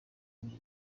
ngo